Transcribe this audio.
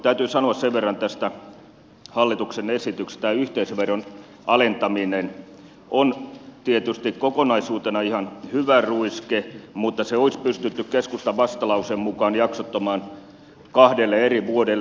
täytyy sanoa sen verran tästä hallituksen esityksestä että tämä yhteisöveron alentaminen on tietysti kokonaisuutena ihan hyvä ruiske mutta se olisi pystytty keskustan vastalauseen mukaan jaksottamaan kahdelle eri vuodelle